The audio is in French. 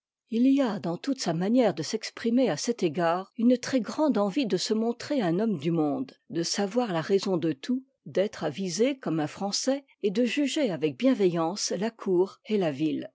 il y a dans toute sa manière de s'exprimer à cet égard une très-grande envie de se montrer un homme du monde de savoir la raison de tout d'être avisé comme un français et de juger avec bienveillance la cour et la ville